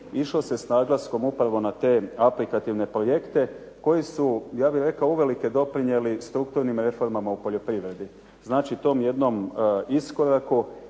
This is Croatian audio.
išlo se s naglaskom upravo na te aplikativne projekte koji su, ja bih rekao, uvelike doprinijeli strukturnim reformama u poljoprivredi, znači tom jednom iskoraku.